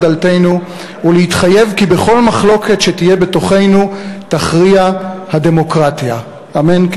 דלתנו ולהתחייב כי בכל מחלוקת שתהיה בתוכנו תכריע הדמוקרטיה." אמן,